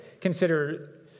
consider